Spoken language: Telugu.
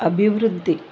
అభివృద్ధి